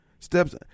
Steps